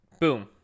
boom